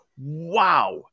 wow